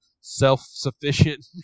self-sufficient